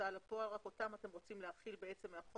בהוצאה לפועל אותם אתם רוצים להחיל אחורה.